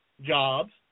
jobs